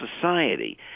society